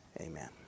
Amen